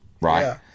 right